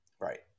Right